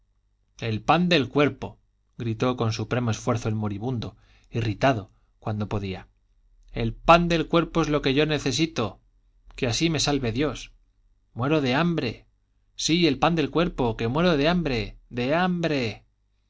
el pan del cuerpo gritó con supremo esfuerzo el moribundo irritado cuando podía el pan del cuerpo es lo que yo necesito que así me salve dios muero de hambre sí el pan del cuerpo que muero de hambre de hambre